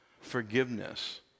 Forgiveness